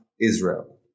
israel